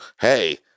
hey